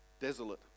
desolate